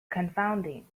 confounding